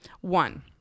One